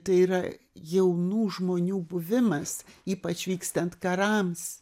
tai yra jaunų žmonių buvimas ypač vykstant karams